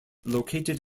located